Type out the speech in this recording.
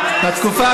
מברוכ.